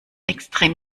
extrem